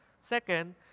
Second